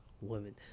women